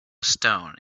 stone